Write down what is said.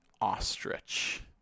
ostrich